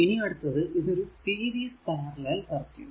ഇനി അടുത്തതു ഇതൊരു സീരീസ് പാരലൽ സർക്യൂട്